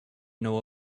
know